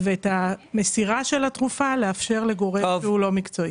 ואת המסירה של התרופה לתת לגורם לא מקצועי.